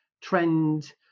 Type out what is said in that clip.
trend